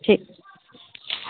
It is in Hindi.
ठीक